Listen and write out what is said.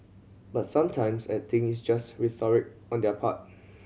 but sometimes I think it's just rhetoric on their part